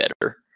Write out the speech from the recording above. better